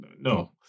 no